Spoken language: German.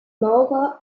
maurer